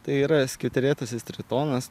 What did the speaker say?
tai yra skiauterėtasis tritonas